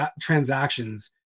transactions